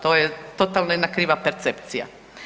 To je totalno jedna kriva percepcija.